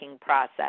process